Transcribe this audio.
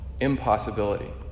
impossibility